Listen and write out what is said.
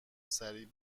سریع